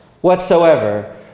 whatsoever